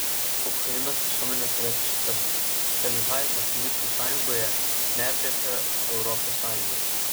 ukrainos visuomenė turėtų suprasti dalyvavimas muitų sąjungoje neaprėpia europos sąjungos